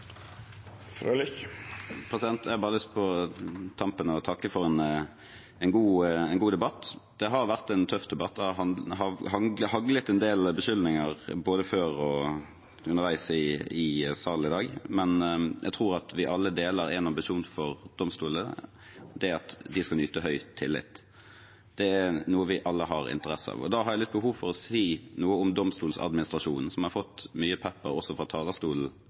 Jeg har bare på tampen lyst til å takke for en god debatt. Det har vært en tøff debatt, og det har haglet en del beskyldninger, både før og underveis i salen i dag. Men jeg tror at vi alle deler én ambisjon for domstolene, og det er at de skal nyte høy tillit. Det er noe vi alle har interesse av. Da har jeg litt behov for å si noe om Domstoladministrasjonen, som har fått mye pepper også fra talerstolen